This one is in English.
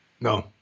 No